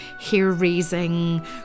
hair-raising